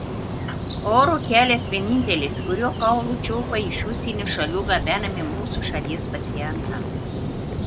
oro kelias vienintelis kuriuo kaulų čiulpai iš užsienio šalių gabenami mūsų šalies pacientams